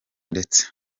ndetse